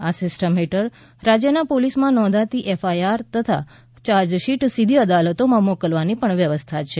આ સિસ્ટમ હેઠળ રાજ્યના પોલીસમાં નોંધાતી એફઆઈઆર તથા ચાર્જશીટ સીધી અદાલતોમાં મોકલવાની પણ વ્યવસ્થા છે